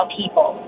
people